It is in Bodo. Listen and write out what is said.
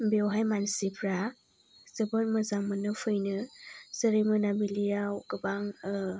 बेवहाय मानसिफ्रा जोबोद मोजां मोनो फैनो जेरै मोनाबिलिआव गोबां